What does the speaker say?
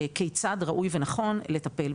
כיצד ראוי ונכון לטפל.